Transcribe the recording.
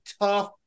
tough